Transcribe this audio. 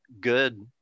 good